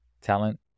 talent